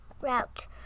route